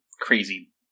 crazy